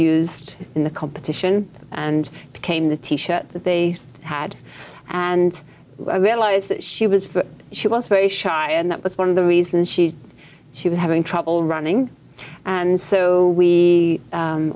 used in the competition and became the t shirt that they had and i realized that she was she was very shy and that was one of the reasons she she was having trouble running and so we